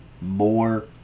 more